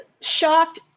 shocked